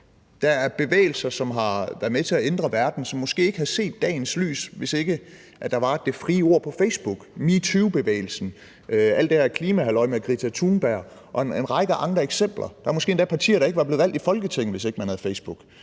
Der er bevægelser, som har været med til at ændre verden, som måske ikke havde set dagens lys, hvis ikke der var det frie ord på Facebook: metoobevægelsen, alt det her klimahalløj med Greta Thunberg og en række andre eksempler. Der er måske endda partier, der ikke var blevet valgt til Folketinget, hvis ikke man havde Facebook.